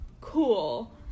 cool